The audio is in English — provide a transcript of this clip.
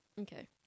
Okay